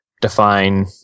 define